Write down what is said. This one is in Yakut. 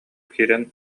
киирэн